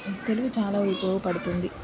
తెలుగు చాలా ఉపయోగపడుతుంది